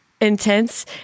Intense